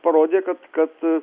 parodė kad kad